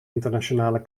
internationale